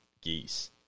geese